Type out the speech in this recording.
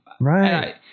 Right